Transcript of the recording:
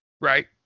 right